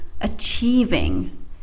achieving